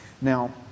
Now